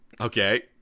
Okay